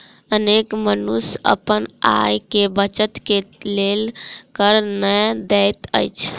अनेक मनुष्य अपन आय के बचत के लेल कर नै दैत अछि